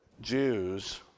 Jews